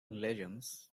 legends